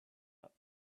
out